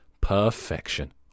Perfection